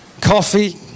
coffee